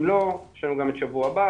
אם לא יש לנו גם את השבוע הבא,